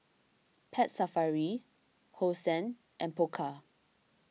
Pet Safari Hosen and Pokka